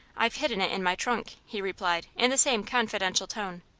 i've hidden it in my trunk, he replied, in the same confidential tone.